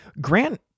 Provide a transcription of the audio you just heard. Grant